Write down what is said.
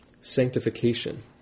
Sanctification